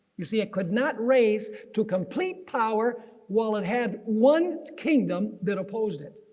you see it could not raise to complete power while it had one kingdom that opposed it.